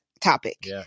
topic